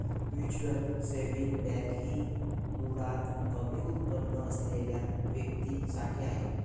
mutual saving bank ही मुळात कमी उत्पन्न असलेल्या व्यक्तीं साठी आहे